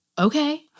okay